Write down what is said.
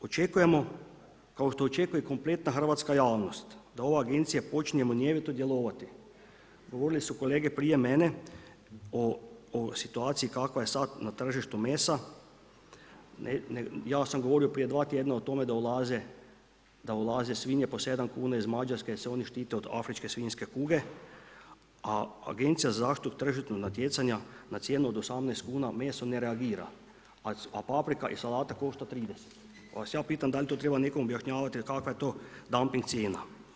Očekujemo, kao što očekuje kompletna hrvatska javnost, da ova agencija počinje munjevito djelovati, govorili su kolege prije mene o situaciji kakva je sad na tržištu mesa, ja sam govorio prije dva tjedna o tome da ulaze svinje po 7 kuna iz Mađarske jer se oni štite od Afričke svinjske kuge, a Agencija za zaštitu tržišnog natjecanja na cijenu od 18 kuna, meso ne reagira, a paprika i salata košta 30 pa vas ja pitam da li to treba nekom objašnjavati jer kakva je to dumping cijena?